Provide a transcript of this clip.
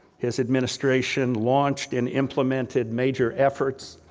his administration launched and implemented major efforts,